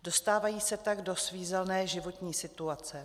Dostávají se tak do svízelné životní situace.